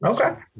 Okay